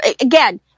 again